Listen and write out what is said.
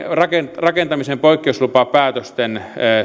rakentamisen poikkeuslupapäätösten